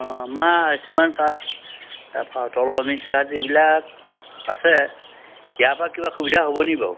অঁ আমাৰ আয়ুস্মান কাৰ্ড তাৰ পৰা অটল অমিত কাৰ্ড এইবিলাক আছে ইয়াৰ পৰা কিবা সুবিধা হ'ব নি বাৰু